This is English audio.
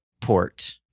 port